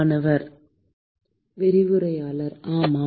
மாணவர் விரிவுரையாளர் ஆமாம்